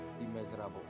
Immeasurable